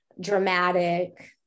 dramatic